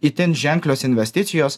itin ženklios investicijos